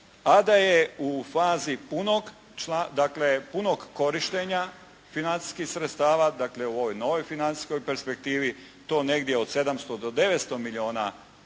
a da je u fazi dakle punog korištenja financijskih sredstava. Dakle, u ovoj novoj financijskoj perspektivi to negdje od 700 do 900 milijuna eura.